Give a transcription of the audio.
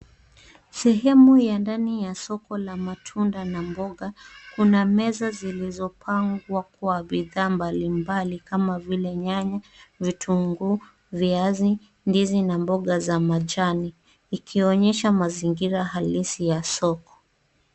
Sehemu ya ndani ya soko la matunda na mboga. Kuna meza zilizopangwa kwa bidhaa mbalimbali kama vile nyanya, vitunguu, viazi, ndizi na mboga za majani ikionyesha mazingira halisi ya soko.